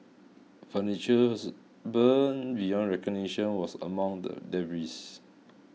furnitures burned beyond recognition was among the debris